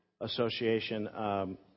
Association